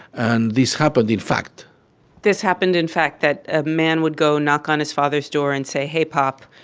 and this happened, in fact this happened, in fact, that a man would go knock on his father's door and say, hey, pop,